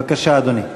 בבקשה, אדוני.